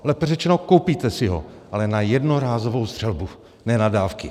Lépe řečeno, koupíte si ho, ale na jednorázovou střelbu, ne na dávky.